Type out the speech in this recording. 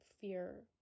fear